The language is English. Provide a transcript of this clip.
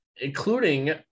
Including